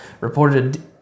reported